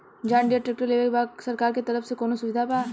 John Deere tractor लेवे के बा सरकार के तरफ से कौनो सुविधा बा?